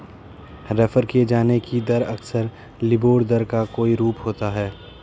refer किये जाने की दर अक्सर लिबोर दर का कोई रूप होता है